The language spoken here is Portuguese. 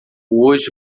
hoje